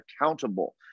accountable